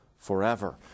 Forever